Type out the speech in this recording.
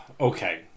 Okay